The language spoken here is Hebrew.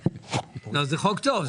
זה חוק טוב.